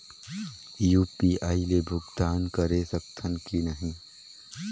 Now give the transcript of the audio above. UPI ले भुगतान करे सकथन कि नहीं?